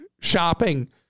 shopping